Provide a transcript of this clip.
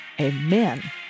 amen